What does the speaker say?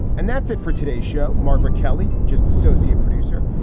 and that's it for today show, margaret kelly, just associate producer,